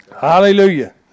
Hallelujah